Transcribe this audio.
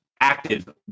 active